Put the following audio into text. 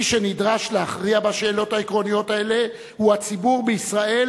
מי שנדרש להכריע בשאלות העקרוניות האלה הוא הציבור בישראל,